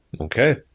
Okay